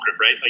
right